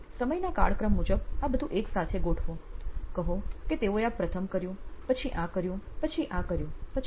સમયના કાળક્રમ મુજબ આ બધું એકસાથે ગોઠવો કહો કે તેઓએ આ પ્રથમ કર્યું પછી આ કર્યુંપછી આ કર્યું પછી આ